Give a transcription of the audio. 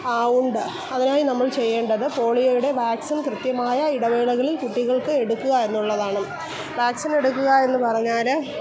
ആ ഉണ്ട് അതിനായി നമ്മൾ ചെയ്യേണ്ടത് പോളിയോയുടെ വാക്സിൻ കൃത്യമായ ഇടവേളകളിൽ കുട്ടികൾക്ക് എടുക്കുക എന്നുള്ളതാണ് വാക്സിനെടുക്കുക എന്നുപറഞ്ഞാൽ